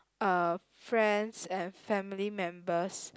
uh friends and family members